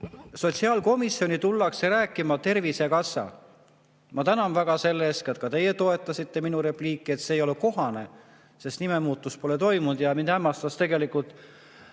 Sotsiaalkomisjoni tullakse rääkima Tervisekassast. Ma tänan väga selle eest, et ka teie toetasite minu repliiki, et see ei ole kohane, sest nime muutmist pole toimunud. Mind hämmastas tegelikult